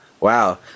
Wow